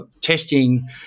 testing